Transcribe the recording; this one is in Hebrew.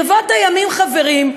ברבות הימים, חברים,